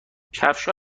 کفشها